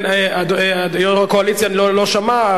כן, יושב-ראש הקואליציה לא שמע.